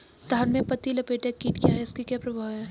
धान में पत्ती लपेटक कीट क्या है इसके क्या प्रभाव हैं?